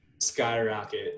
skyrocket